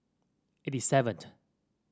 eighty seventh